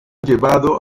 llevado